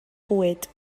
bwyd